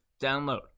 Download